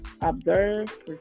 observe